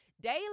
Daily